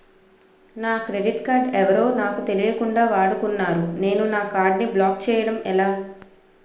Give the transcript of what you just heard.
నా credit card ఎవరో నాకు తెలియకుండా వాడుకున్నారు నేను నా కార్డ్ ని బ్లాక్ చేయడం ఎలా?